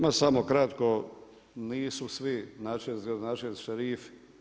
Ma samo kratko, nisu svi načelnici i gradonačelnici šerifi.